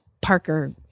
Parker